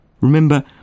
Remember